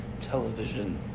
television